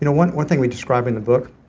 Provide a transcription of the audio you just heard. you know one one thing we describe in the book.